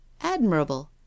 Admirable